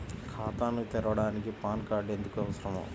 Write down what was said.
ఖాతాను తెరవడానికి PAN card ఎందుకు అవసరము?